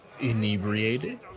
inebriated